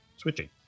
Switching